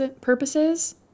purposes